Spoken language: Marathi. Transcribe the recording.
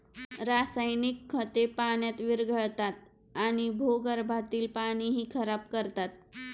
रासायनिक खते पाण्यात विरघळतात आणि भूगर्भातील पाणीही खराब करतात